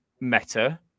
Meta